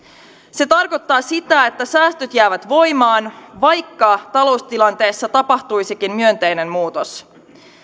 se tarkoittaa sitä että säästöt jäävät voimaan vaikka taloustilanteessa tapahtuisikin myönteinen muutos